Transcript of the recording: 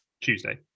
Tuesday